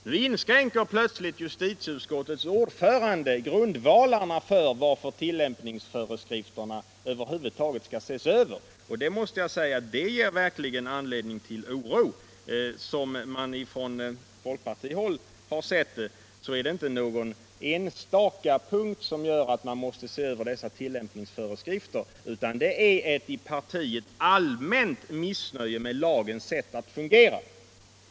Nu vill plötsligt justitieutskottets ordförande rycka undan grundvalarna härför. Det kan verkligen inge oro. Som vi från folkpartihåll har seu det är det inte någon enstaka punkt som gör att tillämpningsföreskrifterna måste ses över, utan det råder inom vårt parti ett allmänt missnöje med lagens sätt att fungera.